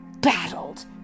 battled